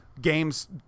games